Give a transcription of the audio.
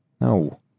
No